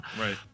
Right